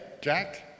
Jack